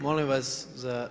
Molim vas za